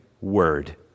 Word